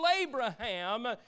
Abraham